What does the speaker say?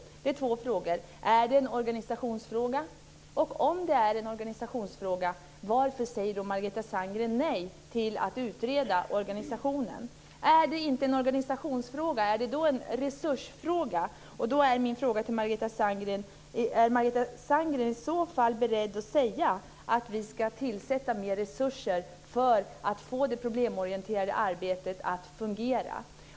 Det finns två alternativ. Om det är en organisationsfråga, varför säger Margareta Sandgren nej till att utreda organisationen? Om det inte är en organisationsfråga, är det en resursfråga, och i så fall undrar jag om Margareta Sandgren är beredd att säga att vi ska tillsätta mer resurser för att få det problemorienterade arbetet att fungera.